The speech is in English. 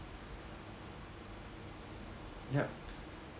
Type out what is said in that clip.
yup